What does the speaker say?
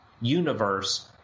universe